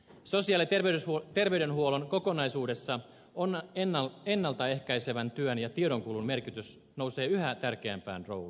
sosiaali ja terveydenhuollon kokonaisuudessa ennalta ehkäisevän työn ja tiedonkulun merkitys nousee yhä tärkeämpään rooliin